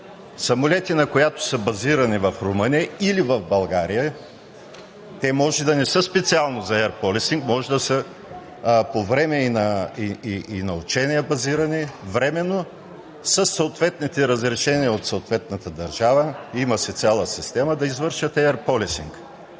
самолетите на която са базирани в Румъния или в България – може да не са специално за Air Policing, а може да са по време на учение временно базирани със съответните разрешения от съответната държава – има си цяла система, за да извършват Air Policing.